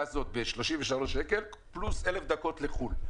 הזאת ב-33 שקל פלוס 1,000 דקות לחו"ל.